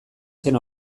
zen